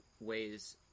ways